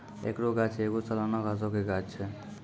एकरो गाछ एगो सलाना घासो के गाछ छै